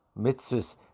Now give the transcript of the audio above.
mitzvahs